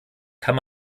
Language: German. kann